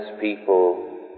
people